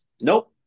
nope